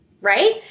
right